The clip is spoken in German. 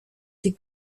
die